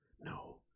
No